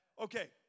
Okay